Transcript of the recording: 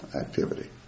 activity